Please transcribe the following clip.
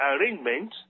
arrangement